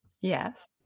Yes